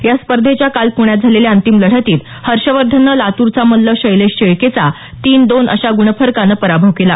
या स्पर्धेच्या काल पुण्यात झालेल्या अंतिम लढतीत हर्षवर्धननं लातूरचा मल्ल शैलेश शेळकेचा तीन दोन अशा ग्ण फरकानं पराभव केला